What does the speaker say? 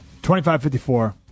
2554